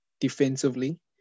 defensively